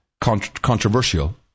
controversial